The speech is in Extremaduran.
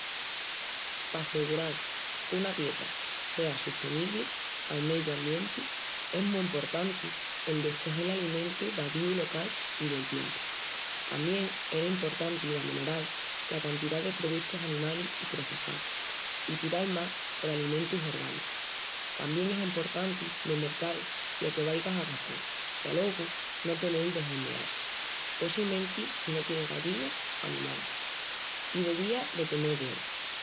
Pa assegural qu'una dieta sea sustenibli pal meyu ambienti, es mu emportanti el descogel alimentus d'avíu local i del tiempu. Tamién era emportanti d'amenoral la cantidá de produtus animalis i processaus, i tiral más por alimentus orgánicus. Tamién es emportanti de mercal lo que vaigas a gastal i alogu no tenel de hondeal, possimenti si no tienis gallinas o animalis. I devías de tenel güertu!